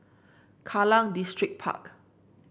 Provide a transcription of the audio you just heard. Kallang Distripark